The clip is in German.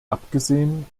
abgesehen